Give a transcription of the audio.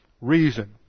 reason